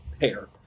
hair